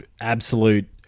Absolute